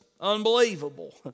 unbelievable